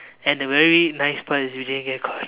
and the very nice part is that we didn't get caught